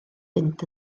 fynd